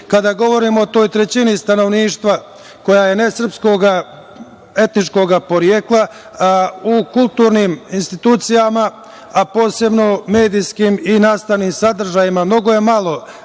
govorimo o toj trećini stanovništva koja je nesrpskog etičkog porekla, u kulturnim institucijama, a posebno medijskim i nastavnim sadržajima mnogo je malo